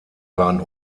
waren